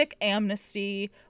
amnesty